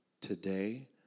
Today